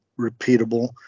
repeatable